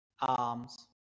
arms